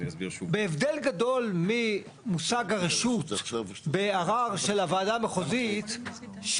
בהבדל גדול ממושג הרשות בערר של הוועדה מחוזית,